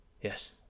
Yes